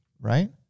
Right